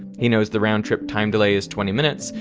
he knows the roundtrip time delay is twenty minutes,